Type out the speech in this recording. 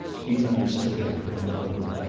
he understood her, and nodded.